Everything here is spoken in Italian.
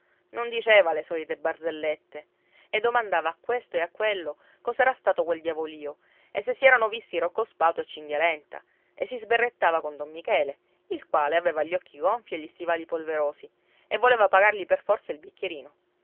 non diceva le solite barzellette e domandava a questo e a quello cos'era stato quel diavolio e se si erano visti rocco spatu e cinghialenta e si sberrettava con don michele il quale aveva gli occhi gonfii e gli stivali polverosi e voleva pagargli per forza il bicchierino